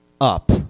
up